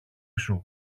σου